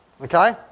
okay